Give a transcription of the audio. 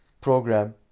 program